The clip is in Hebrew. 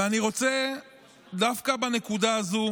ואני רוצה דווקא בנקודה הזו,